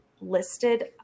listed